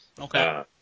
Okay